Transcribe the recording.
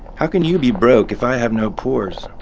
how can you be broke if i have no pores?